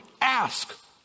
ask